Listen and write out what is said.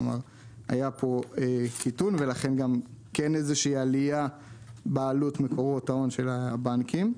כלומר היה פה קיטון ולכן כן עלייה בעלות מקורות ההון של הבנקים.